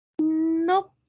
Nope